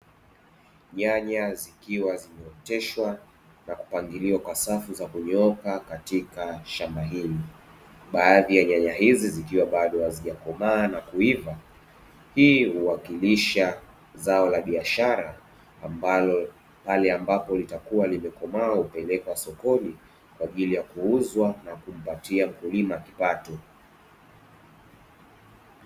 Nyanya zikiwa zimeoteshwa na kupangiliwa kwa safu za kunyooka katika shamba hili baadhi ya nyanya hizi zikiwa bado hazijakomaa na kuiva, hii inawakilisha zao la biashara ambalo pale ambapo litakuwa limekomaa hupelekwa sokoni kwa ajili ya kuuzwa na kumpatia mkulima kipato.